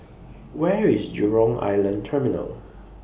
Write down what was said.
Where IS Jurong Island Terminal